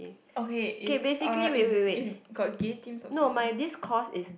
okay it's uh it's it's got gay themes also lah